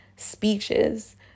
Speeches